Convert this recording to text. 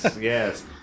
yes